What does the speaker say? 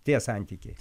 tie santykiai